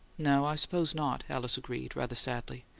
no, i suppose not, alice agreed, rather sadly.